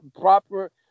proper